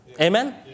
amen